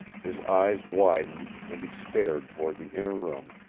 his eyes widened, and he stared toward the inner room,